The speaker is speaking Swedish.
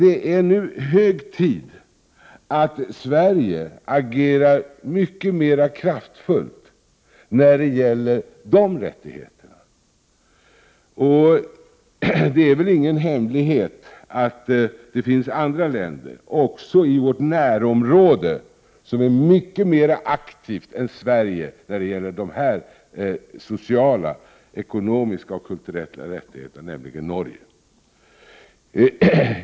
Det är nu hög tid att Sverige agerar mycket mera kraftfullt när det gäller de rättigheterna. Det är väl ingen hemlighet att det finns andra länder, också i vårt närområde, som är mycket mera aktiva än Sverige när det gäller de sociala, ekonomiska och kulturella rättigheterna, och jag tänker särskilt på Norge.